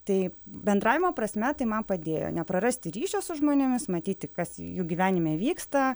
tai bendravimo prasme tai man padėjo neprarasti ryšio su žmonėmis matyti kas jų gyvenime vyksta